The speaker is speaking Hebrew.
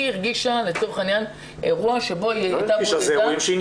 אין כאן שאלה.